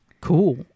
Cool